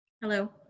Hello